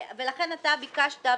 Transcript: ולכן אתה ביקשת,